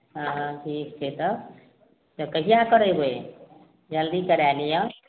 हँ ठीक छै तब तब कहिआ करेबै जल्दी करै लिअऽ